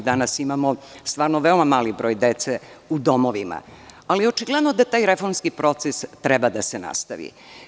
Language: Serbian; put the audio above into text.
Danas imamo stvarno veoma mali broj dece u domovima, ali očigledno da taj reformski proces treba da se nastavi.